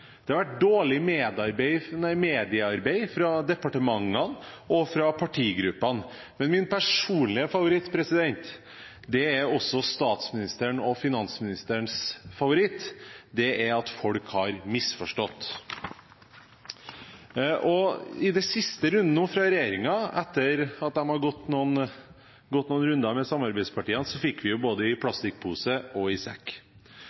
Det har vært ondsinnete journalister, det har vært dårlig mediearbeid fra departementene og fra partigruppene. Men min personlige favoritt – det er også statsministerens og finansministerens favoritt – er at folk har misforstått. I den siste runden fra regjeringen, etter at de nå har gått noen runder med samarbeidspartiene, fikk vi både i plastikkpose og i sekk.